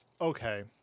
okay